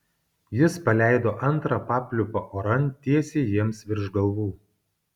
jis paleido antrą papliūpą oran tiesiai jiems virš galvų